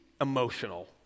emotional